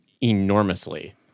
enormously